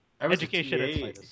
Education